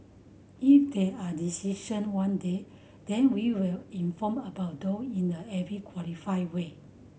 if there are decision one day then we will inform about those in a every qualified way